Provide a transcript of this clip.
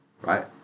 right